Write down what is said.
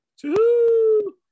Two